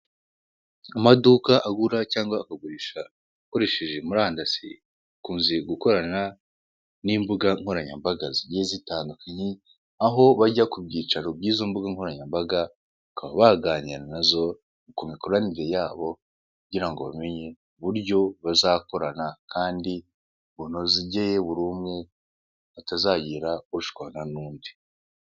Amaduka agura cyangwa akagurisha akoresheje murandasi akunze gukorana n'imbuga nkoranyambaga zigiye zitandukanye aho bajya ku byicaro by'izo mbuga nkoranyambaga, bakaba baganira nazo ku mikoranire yabo kugira ngo bamenye uburyo bazakorana kandi bunogeye buri umwe hatazagira ushwana n'undi.